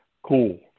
cool